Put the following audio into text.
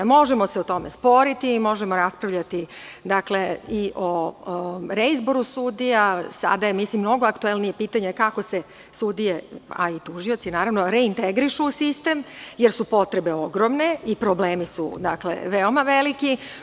Možemo se o tome sporiti, možemo raspravljati i o reizboru sudija, ali mislim da je sada mnogo aktuelnije pitanje kako se sudije, a i tužioci reintegrišu u sistem, jer su potrebe ogromne i problemi su veoma veliki.